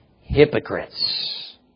Hypocrites